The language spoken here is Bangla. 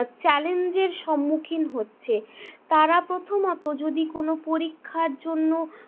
চ্যালেঞ্জের সম্মুখিন হচ্ছে তারা প্রথমত যদি কোনও পরীক্ষার জন্য